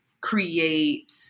create